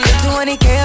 20k